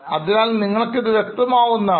അതിനാൽ നിങ്ങൾക്കിത് വ്യക്തമാകുന്നതാണ്